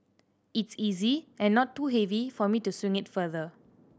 it's easy and not too heavy for me to swing it further